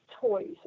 toys